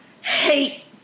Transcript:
hate